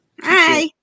Hi